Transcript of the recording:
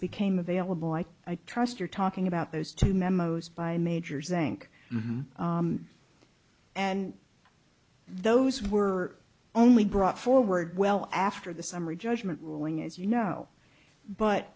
became available i trust you're talking about those two memos by majors inc and those were only brought forward well after the summary judgment ruling as you know but